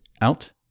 out